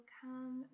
come